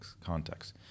context